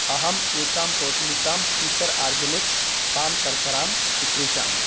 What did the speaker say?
अहम् एकां पोटलिकां फ़्यूचर् आर्गानिक्स् पां शर्करां चिकीर्षामि